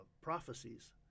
prophecies